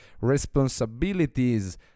responsibilities